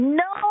no